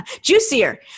juicier